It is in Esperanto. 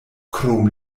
krom